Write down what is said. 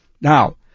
Now